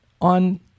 on